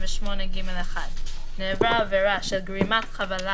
368ג1. (א)נעברה עבירה של גרימת חבלה